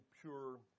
pure